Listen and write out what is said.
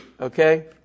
Okay